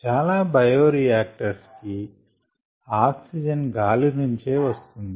చాలా బయారియాక్టర్స్ కి ఆక్సిజన్ గాలి నుంచే లభిస్తుంది